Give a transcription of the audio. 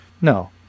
No